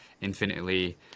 infinitely